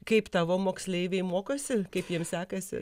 kaip tavo moksleiviai mokosi kaip jiems sekasi